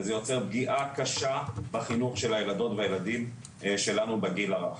וזה יוצר פגיעה קשה בחינוך של הילדות והילדים שלנו בגיל הרך.